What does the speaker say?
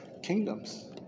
Kingdoms